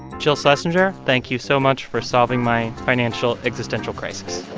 jill schlesinger, thank you so much for solving my financial existential crisis